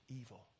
evil